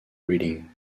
reading